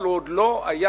אבל הוא עוד לא היה,